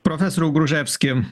profesoriau gruževski